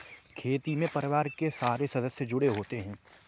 खेती में परिवार के सारे सदस्य जुड़े होते है